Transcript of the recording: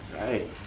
Right